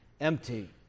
empty